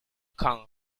kong